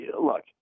look